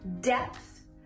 depth